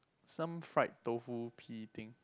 some fried tofu pea thing